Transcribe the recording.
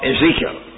Ezekiel